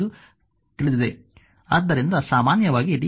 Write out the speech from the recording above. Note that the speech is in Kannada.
ಆದ್ದರಿಂದ ಸಾಮಾನ್ಯವಾಗಿ dq i dt ಎಂದು ಬರೆಯಬಹುದು